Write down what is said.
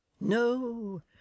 no